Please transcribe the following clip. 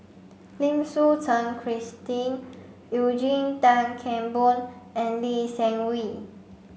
Lim Suchen Christine Eugene Tan Kheng Boon and Lee Seng Wee